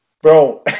Bro